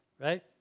Right